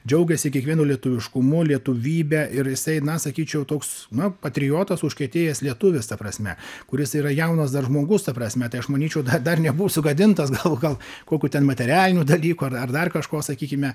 džiaugiasi kiekvienu lietuviškumu lietuvybe ir jisai na sakyčiau toks nu patriotas užkietėjęs lietuvis ta prasme kuris yra jaunas dar žmogus ta prasme tai aš manyčiau dar nebuvo sugadintas gal gal kokių ten materialinių dalykų ar ar dar kažko sakykime